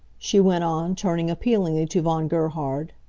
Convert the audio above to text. she went on, turning appealingly to von gerhard.